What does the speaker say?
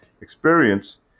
experience